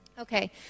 Okay